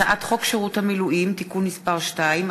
הצעת חוק שירות המילואים (תיקון מס' 2),